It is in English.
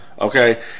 okay